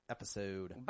Episode